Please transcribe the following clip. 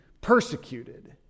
Persecuted